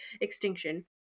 extinction